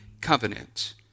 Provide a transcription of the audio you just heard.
covenant